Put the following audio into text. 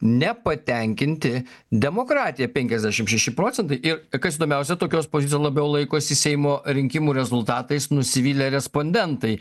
nepatenkinti demokratija penkiasdešim šeši procentai ir kas įdomiausia tokios pozicijos labiau laikosi seimo rinkimų rezultatais nusivylę respondentai